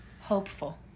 hopeful